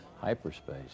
Hyperspace